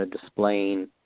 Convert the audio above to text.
displaying